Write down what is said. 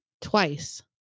Twice